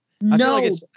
No